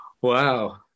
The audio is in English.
Wow